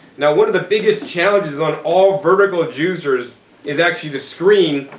now one of the biggest challenges on all vertical juicers is actually the screen.